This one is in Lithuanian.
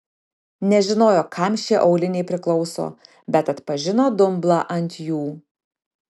nežinojo kam šie auliniai priklauso bet atpažino dumblą ant jų